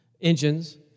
engines